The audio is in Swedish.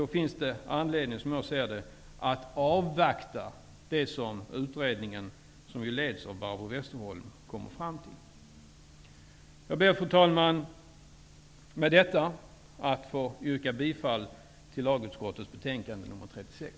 Då finns det anledning att avvakta det som utredningen, som leds av Barbro Fru talman! Jag ber att få yrka bifall till hemställan i lagutskottets betänkande nr 36.